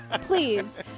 please